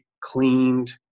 cleaned